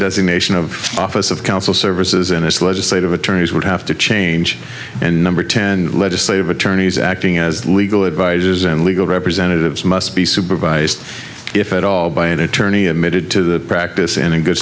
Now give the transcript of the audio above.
designation of office of council services and its legislative attorneys would have to change and number ten legislative attorneys acting as legal advisers and legal representatives must be supervised if at all by an attorney admitted to practice and in good